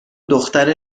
دختر